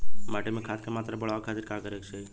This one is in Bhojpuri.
माटी में खाद क मात्रा बढ़ावे खातिर का करे के चाहीं?